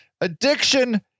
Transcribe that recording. Addiction